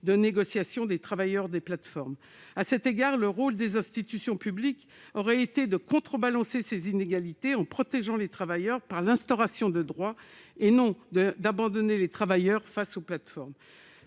de négociation de ces derniers. À cet égard, le rôle des institutions publiques aurait dû être de contrebalancer ces inégalités en protégeant les travailleurs par l'instauration de droits, et non d'abandonner les travailleurs face aux plateformes.